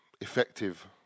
effective